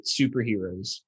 superheroes